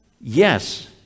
Yes